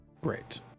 great